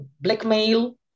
blackmail